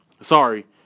Sorry